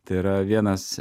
tai yra vienas